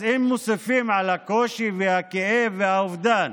אז אם מוסיפים על הקושי, על הכאב ועל האובדן